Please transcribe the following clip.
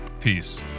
Peace